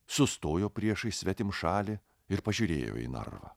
sustojo priešais svetimšalį ir pažiūrėjo į narvą